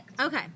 okay